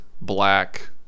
black